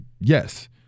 yes